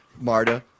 Marta